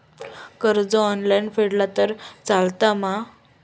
कर्ज ऑनलाइन फेडला तरी चलता मा?